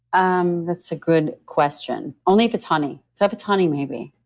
um that's a good question. only if it's honey. so, if it's honey, maybe